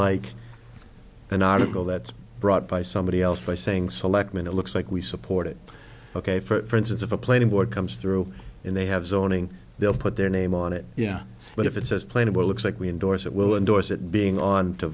like an article that's brought by somebody else by saying selectman it looks like we support it ok for instance if a plane a board comes through and they have zoning they'll put their name on it yeah but if it says plain it looks like we endorse it will endorse it being on the